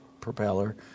propeller